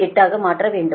9238 ஆக மாற்ற வேண்டும்